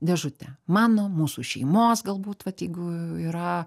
dėžutę mano mūsų šeimos galbūt vat jeigu yra